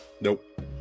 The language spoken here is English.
Nope